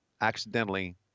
accidentally